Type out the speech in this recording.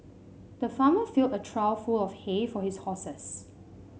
the farmer filled a trough full of hay for his horses